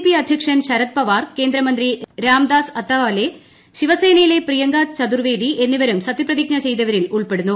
P അധ്യക്ഷൻ ശരദ് പവാർ കേന്ദ്രമന്ത്രി രാംദാസ് അത്തവാലെ ശിവസേനയിലെ പ്രിയങ്ക ചതുർവേദി എന്നിവരും സത്യപ്രതിജ്ഞ ചെയ്തവരിൽ ഉൾപ്പെടുന്നു